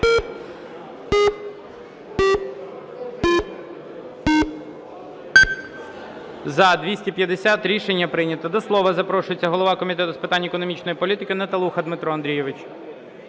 За-250 Рішення прийнято. До слова запрошується голова Комітету з питань економічної політики Наталуха Дмитро Андрійович.